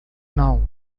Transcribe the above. não